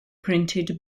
printed